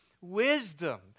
wisdom